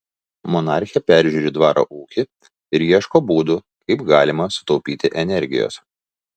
monarchė peržiūri dvaro ūkį ir ieško būdų kaip galima sutaupyti energijos